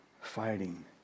fighting